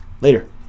Later